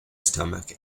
stomach